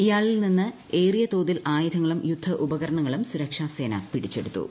ഇയാളിൽ നിന്ന് ഏറിയതോതിൽ ആയുധങ്ങളും യുദ്ധു ഉപകരണങ്ങളും സുരക്ഷാ സേന പിടിച്ചെടുത്തു